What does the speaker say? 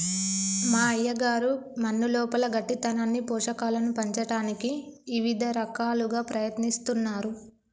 మా అయ్యగారు మన్నులోపల గట్టితనాన్ని పోషకాలను పంచటానికి ఇవిద రకాలుగా ప్రయత్నిస్తున్నారు